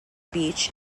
beach